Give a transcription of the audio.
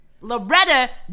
loretta